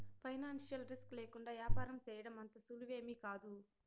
financial risk లేకుండా యాపారం సేయడం అంత సులువేమీకాదు